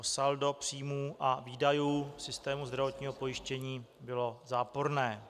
Saldo příjmů a výdajů systému zdravotního pojištění bylo záporné.